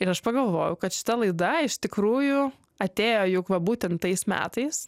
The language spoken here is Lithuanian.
ir aš pagalvojau kad šita laida iš tikrųjų atėjo juk va būtent tais metais